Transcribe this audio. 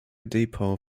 depot